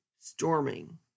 storming